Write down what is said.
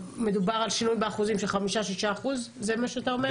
מדובר על שינוי באחוזים של 5%-6% זה מה שאתה אומר?